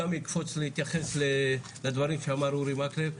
אתייחס גם לדברים שאמר אורי מקלב.